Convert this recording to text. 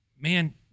man